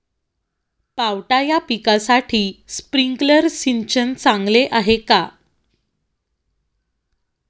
पावटा या पिकासाठी स्प्रिंकलर सिंचन चांगले आहे का?